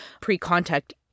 pre-contact